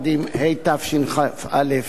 התשכ"א 1961,